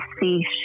see